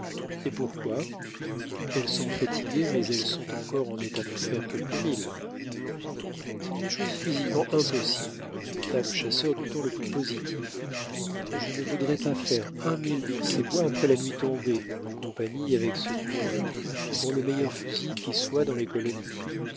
et pourquoi elles sont fatiguées mais elles sont encore en état de faire quelques milles c'est une chose physiquement impossible répéta le chasseur du ton le plus positif je ne voudrais pas faire un mille dans ces bois après la nuit tombée en compagnie avec ce coureur pour le meilleur fusil qui soit dans les colonies